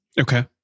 Okay